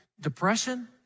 depression